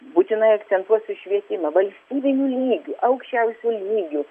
būtinai akcentuosiu švietimą valstybiniu lygiu aukščiausiu lygiu